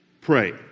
pray